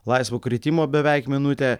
laisvo kritimo beveik minutė